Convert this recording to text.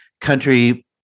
country